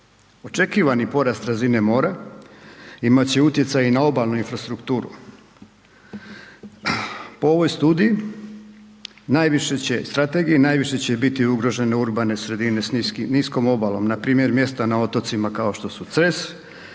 Očekivani porast razine mora imat će utjecaj i na obalu infrastrukturu. Po ovoj studiji najviše će, strategiji, najviše će biti ugrožene urbane sredine s niskom obalom, npr. mjesta na otocima kao što su Cres,